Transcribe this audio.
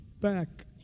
back